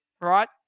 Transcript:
right